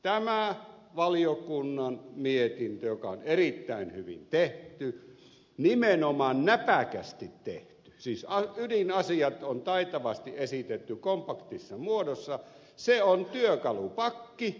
tämä valiokunnan mietintö joka on erittäin hyvin tehty nimenomaan näpäkästi tehty siis ydinasiat on taitavasti esitetty kompaktissa muodossa on työkalupakki